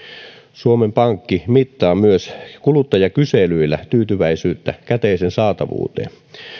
suomen pankki mittaa myös kuluttajakyselyillä tyytyväisyyttä käteisen saatavuuteen